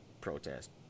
protest